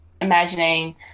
imagining